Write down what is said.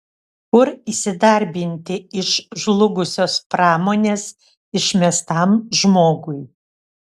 kur įsidarbinti iš žlugusios pramonės išmestam žmogui